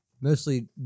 mostly